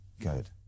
good